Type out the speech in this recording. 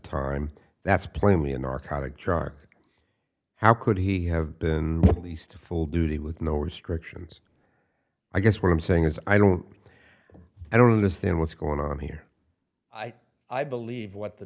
time that's plainly a narcotic drug how could he have been released to full duty with no restrictions i guess what i'm saying is i don't i don't understand what's going on here i i believe what the